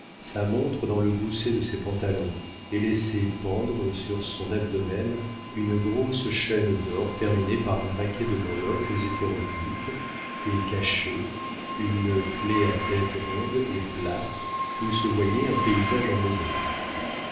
sa montre dans le gousset de ses pantalons et laissait pendre sur son abdomen une grosse chaîne d'or terminée par un paquet de breloques hétéroclites des cachets une clef à tête ronde et plate où se voyait un paysage en mosaïque